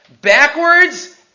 Backwards